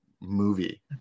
movie